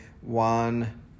one